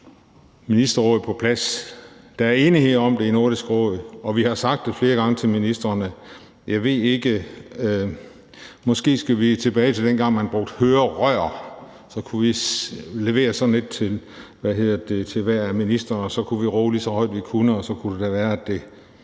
ministerråd på plads. Der er enighed om det i Nordisk Råd, og vi har sagt det flere gange til ministrene. Jeg ved ikke – måske skal vi tilbage til dengang, man brugte hørerør, for så kunne vi levere sådan et til hver af ministrene, og så kunne vi råbe lige så højt, vi kan, og så kunne det da være, at det